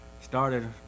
started